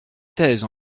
thèse